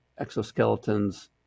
exoskeletons